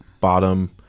bottom